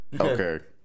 Okay